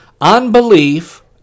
unbelief